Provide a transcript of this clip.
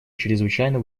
чрезвычайно